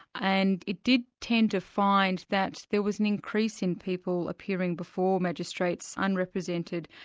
and it did tend to find that there was an increase in people appearing before magistrates unrepresented,